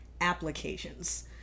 applications